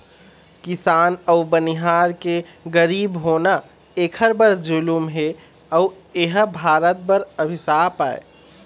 किसान अउ बनिहार के गरीब होना एखर बर जुलुम हे अउ एह भारत बर अभिसाप आय